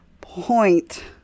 point